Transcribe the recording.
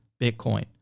Bitcoin